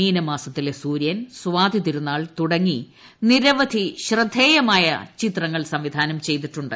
മീന മാസത്തിലെ സൂര്യൻ സ്വാതിതിരുനാൾ തുടങ്ങി നിരവധി ശ്രദ്ധേയമായ ചിത്രങ്ങൾ സംവി ധാനം ചെയ്തിട്ടുണ്ട്